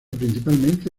principalmente